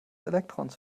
elektrons